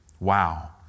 Wow